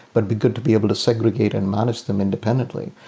but be good to be able to segregate and manage them independently.